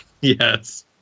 Yes